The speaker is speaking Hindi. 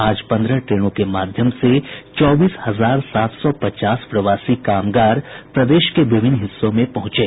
आज पन्द्रह ट्रेनों के माध्यम से चौबीस हजार सात सौ पचास प्रवासी कामगार प्रदेश के विभिन्न हिस्सों में पहुंचे